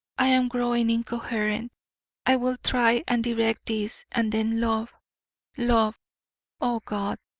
i am growing incoherent i will try and direct this and then love love o god!